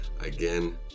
again